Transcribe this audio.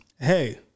hey